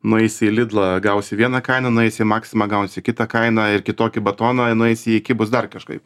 nueisi į lidlą gausi vieną kainą nueisi į maksimą gausi kitą kainą ir kitokį batoną nueisi į iki bus dar kažkaip